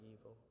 evil